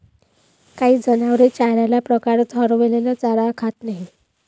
काही जनावरे चाऱ्याच्या प्रकारात हरवलेला चारा खात नाहीत